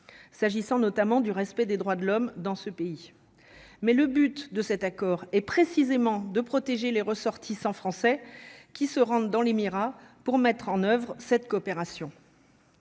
S'agissant notamment du respect des droits de l'homme dans ce pays, mais le but de cet accord est précisément de protéger les ressortissants français qui se rendent dans l'émirat pour mettre en oeuvre cette coopération.